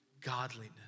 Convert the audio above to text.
Godliness